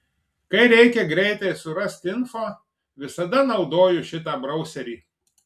kai reikia greitai surast info visada naudoju šitą brauserį